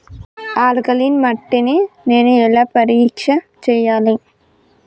Alkaline మట్టి ని నేను ఎలా పరీక్ష చేయాలి?